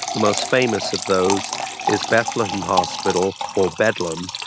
the most famous of those is bethlem hospital or bedlam,